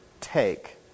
take